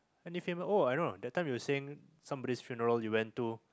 any fam~ oh I know that time you were saying somebody's funeral you went to